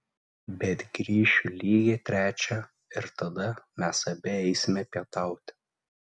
bet grįšiu lygiai trečią ir tada mes abi eisime pietauti